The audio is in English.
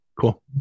Cool